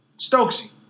Stokesy